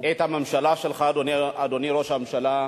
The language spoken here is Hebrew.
את הממשלה שלך, אדוני ראש הממשלה,